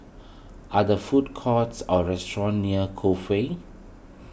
are there food courts or restaurants near Cove Way